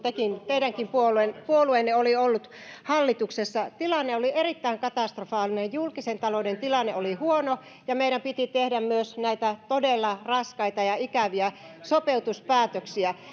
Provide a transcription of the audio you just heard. teidänkin puolueenne puolueenne oli ollut hallituksessa tilanne oli erittäin katastrofaalinen julkisen talouden tilanne oli huono ja meidän piti tehdä myös näitä todella raskaita ja ikäviä sopeutuspäätöksiä